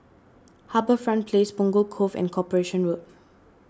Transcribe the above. HarbourFront Place Punggol Cove and Corporation Road